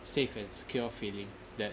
safe and secure feeling that